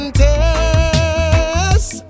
test